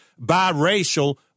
biracial